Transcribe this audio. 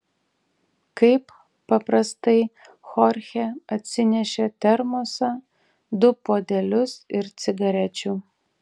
kaip paprastai chorchė atsinešė termosą du puodelius ir cigarečių